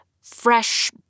fresh